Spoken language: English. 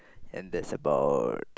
and there is about